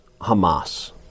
Hamas